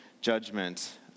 judgment